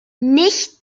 nichts